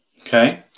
Okay